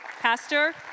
Pastor